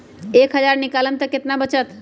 एक हज़ार निकालम त कितना वचत?